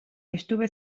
estuve